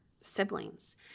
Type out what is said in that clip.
siblings